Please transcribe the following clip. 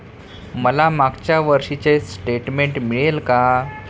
मला मागच्या वर्षीचे स्टेटमेंट मिळेल का?